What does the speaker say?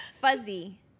Fuzzy